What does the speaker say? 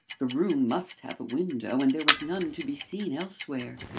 the room must have a window and there was none to be seen elsewhere.